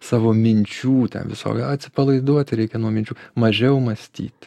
savo minčių ten visokių atsipalaiduoti reikia nuo minčių mažiau mąstyti